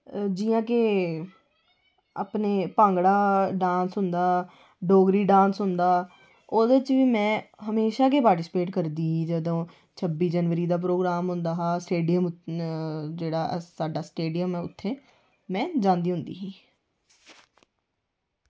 जि'यां कि अपने भांगड़ा डांस होंदा डोगरी डांस होंदा ते ओह्दे च में हमेशा गै पार्टिसिपेट करदी ही जदूं छब्बी जनवरी दा प्रोग्राम होंदा हा स्टेडियम जेह्ड़ा साढ़ा स्टेडियम ऐ उत्थै में जंदी होंदी ही